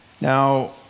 Now